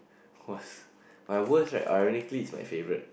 worst my worst right ironically is my favourite